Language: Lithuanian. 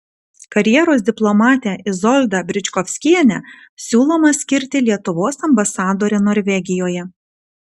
karjeros diplomatę izoldą bričkovskienę siūloma skirti lietuvos ambasadore norvegijoje